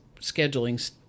scheduling